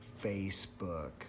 Facebook